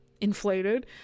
inflated